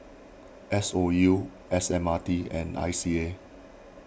S O U S M R T and I C A